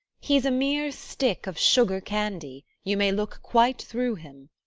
he s a mere stick of sugar-candy you may look quite through him.